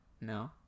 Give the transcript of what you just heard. no